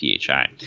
PHI